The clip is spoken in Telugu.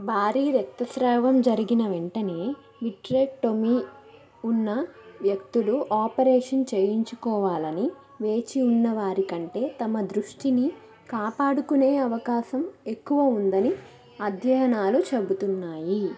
భారీ రక్తస్రావం జరిగిన వెంటనే విట్రెక్టోమీ ఉన్న వ్యక్తులు ఆపరేషన్ చేయించుకోవాలని వేచి ఉన్న వారి కంటే తమ దృష్టిని కాపాడుకునే అవకాశం ఎక్కువ ఉందని అధ్యయానాలు చెబుతున్నాయి